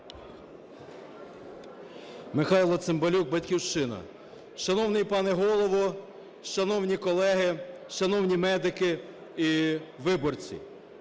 Михайло Цимбалюк, "Батьківщина". Шановний пане Голово, шановні колеги, шановні медики і виборці,